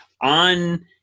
on